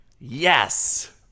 yes